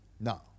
No